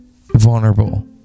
vulnerable